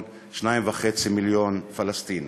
2.5 מיליון פלסטינים.